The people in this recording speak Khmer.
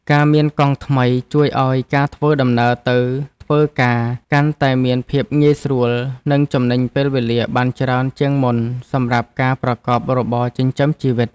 ការមានកង់ថ្មីជួយឱ្យការធ្វើដំណើរទៅធ្វើការកាន់តែមានភាពងាយស្រួលនិងចំណេញពេលវេលាបានច្រើនជាងមុនសម្រាប់ការប្រកបរបរចិញ្ចឹមជីវិត។